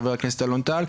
חבר הכנסת אלון טל,